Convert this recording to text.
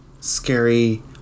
scary